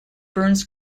burns